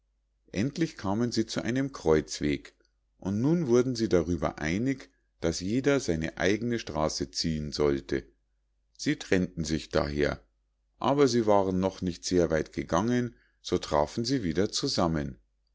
endlich kamen sie zu einem kreuzweg und nun wurden sie darüber einig daß jeder seine eigne straße ziehen sollte sie trennten sich daher aber sie waren noch nicht sehr weit gegangen so trafen sie wieder zusammen